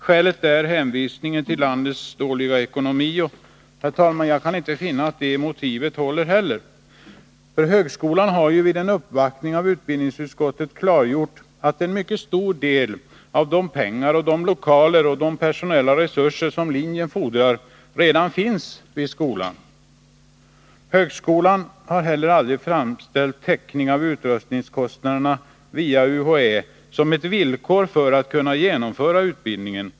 Skälet uppges vara landets dåliga ekonomi. Men, herr talman, jag kan inte finna att det motivet håller. Högskolan har vid en uppvaktning av utbildningsutskottet klargjort att en mycket stor del av de pengar, lokaler och personella resurser som linjen fordrar redan finns vid skolan. Högskolan har heller aldrig framställt täckning av utrustningskostnaderna via UHÄ som ett villkor för att kunna genomföra utbildningen.